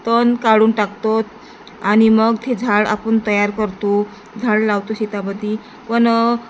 तण काढून टाकतो आणि मग ते झाड आपण तयार करतो झाड लावतो शेतामध्ये पण